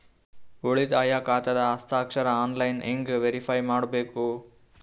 ಉಳಿತಾಯ ಖಾತಾದ ಹಸ್ತಾಕ್ಷರ ಆನ್ಲೈನ್ ಹೆಂಗ್ ವೇರಿಫೈ ಮಾಡಬೇಕು?